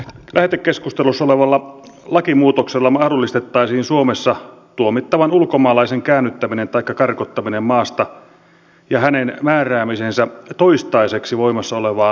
nyt lähetekeskustelussa olevalla lakimuutoksella mahdollistettaisiin suomessa tuomittavan ulkomaalaisen käännyttäminen taikka karkottaminen maasta ja hänen määräämisensä toistaiseksi voimassa olevaan maahantulokieltoon